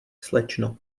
slečno